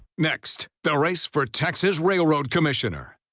next, the race for texas railroad commissioner.